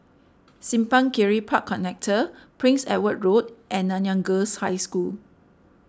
Simpang Kiri Park Connector Prince Edward Road and Nanyang Girls' High School